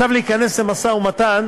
להיכנס למשא-ומתן